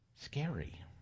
Scary